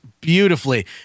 beautifully